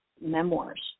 memoirs